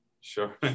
sure